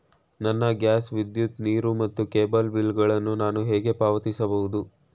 ನನ್ನ ಗ್ಯಾಸ್, ವಿದ್ಯುತ್, ನೀರು ಮತ್ತು ಕೇಬಲ್ ಬಿಲ್ ಗಳನ್ನು ನಾನು ಹೇಗೆ ಪಾವತಿಸುವುದು?